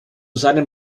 seinem